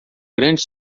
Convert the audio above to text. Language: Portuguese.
grande